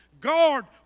God